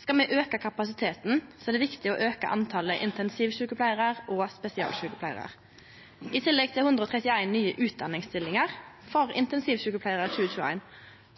Skal me auke kapasiteten, er det viktig å auke talet på intensivsjukepleiarar og spesialsjukepleiarar. I tillegg til 131 nye utdanningsstillingar for intensivsjukepleiarar i 2021